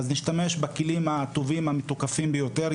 אנחנו נשתמש בכלים הטובים והמתוקפים ביותר.